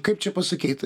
kaip čia pasakyt